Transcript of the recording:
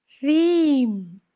Theme